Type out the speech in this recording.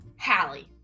hallie